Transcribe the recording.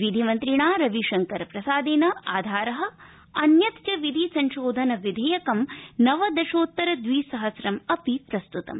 विधिमन्त्रिणा रवि शंकर प्रसादेन आधार अन्यत च विधि संशोधन विधेयकम नवदशोत्तर द्विसहस्रम् अपि प्रस्त्तम